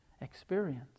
experience